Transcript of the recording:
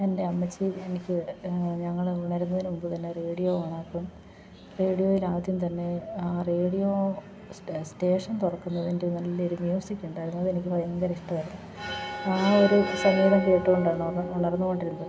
എൻ്റെ അമ്മച്ചി എനിക്ക് ഞങ്ങൾ ഉണരുന്നതിനു മുൻപു തന്നെ റേഡിയോ ഓണാക്കും റേഡിയോയിലാദ്യം തന്നെ ആ റേഡിയോ സ്റ്റ സ്റ്റേഷൻ തുറക്കുന്നതിൻ്റെ നല്ലൊരു മ്യൂസിക്കുണ്ടായിരുന്നു അതെനിക്ക് ഭയങ്കര ഇഷ്ടമായിരുന്നു ആ ഒരു സംഗീതം കേട്ട് കൊണ്ടായിരുന്നു ഉണർന്നു കൊണ്ടിരുന്നത്